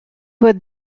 were